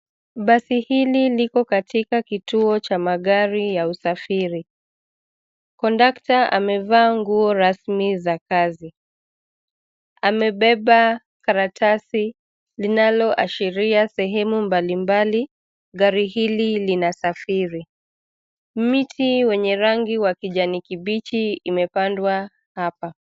Basi hili liko katika kituo cha magari ya usafiri. Kondakta amevaa nguo rasmi za kazi. Amebeba karatasi linaloashiria sehemu mbalimbali gari hili linasafiri. Miti wenye rangi wa kijani kibichi imepandwa hapa.